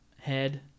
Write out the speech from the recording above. head